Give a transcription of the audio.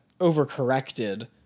overcorrected